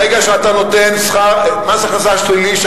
ברגע שאתה נותן מס הכנסה שלילי,